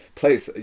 place